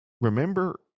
remember